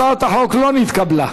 הצעת החוק לא נתקבלה.